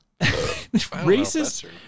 racist